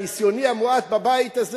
בניסיוני המועט בבית הזה,